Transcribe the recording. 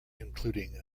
including